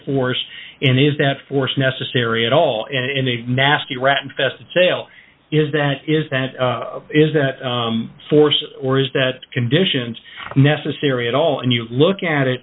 and is that force necessary at all in a nasty rat infested sale is that is that is that force or is that conditions necessary at all and you look at it